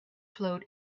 float